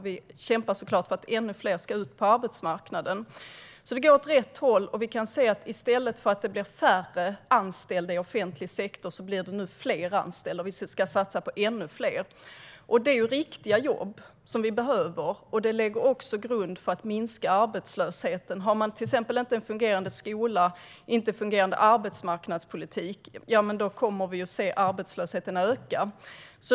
Vi kämpar såklart för att ännu fler ska ut på arbetsmarknaden. Det går åt rätt håll. Vi kan se att i stället för att det blir färre anställda i offentlig sektor blir det nu fler anställda, och vi ska satsa på ännu fler. Det är riktiga jobb som vi behöver. Det lägger grund för att minska arbetslösheten. Har man till exempel inte en fungerande skola och inte en fungerande arbetsmarknadspolitik kommer vi att se arbetslösheten öka.